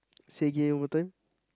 say again one more time